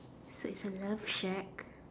so it's a love shack